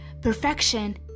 Perfection